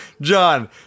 john